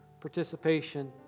participation